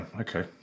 okay